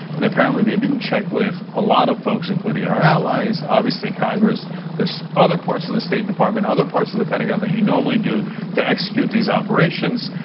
and apparently they didn't check with a lot of folks including our allies obviously congress there's other parts of the state department, other parts of the pentagon that you normally do to execute these operations.